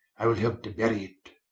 i will helpe to bury it.